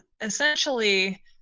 essentially